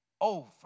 over